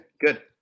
good